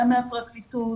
גם מהפרקליטות,